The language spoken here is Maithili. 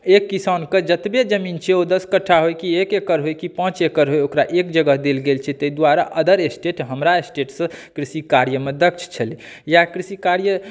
एक किसानके जतबे जमीन छै ओ दश कट्ठा होइ कि एक एकड़ होइ कि पाँच एकर होइ ओकरा एक जगह देल गेल छै ताहि दुआरे अदर स्टेट हमरा स्टेटसँ कृषी कार्यक्रमे दक्ष या कृषी कार्य